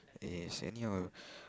yes any of